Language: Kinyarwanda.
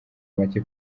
make